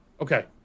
okay